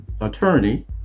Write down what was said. attorney